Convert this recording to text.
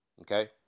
Okay